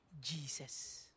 Jesus